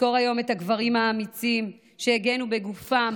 נזכור היום את הגברים האמיצים שהגנו בגופם